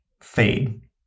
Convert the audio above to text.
fade